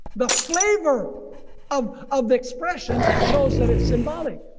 the flavor um of the expression shows that it's symbolic.